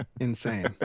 Insane